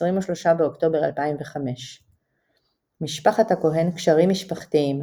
23 באוקטובר 2005 משפחת הכהן קשרים משפחתיים,